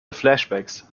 flashbacks